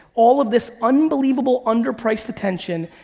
all of this unbelievable under priced attention,